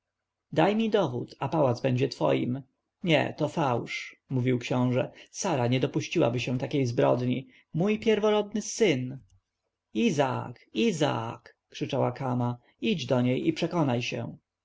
daj mi dowód a pałac będzie twoim nie to fałsz mówił książę sara nie dopuściłaby się takiej zbrodni mój pierworodny syn izaak izaak krzyczała kama idź do niej i przekonaj się